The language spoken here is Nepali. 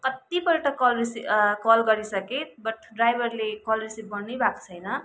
कत्तिपल्ट कल रिसिब कल गरिसकेँ बट ड्राइबरले कल रिसिभ गर्नै भएको छैन